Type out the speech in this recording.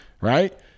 right